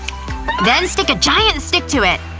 then stick a giant stick to it.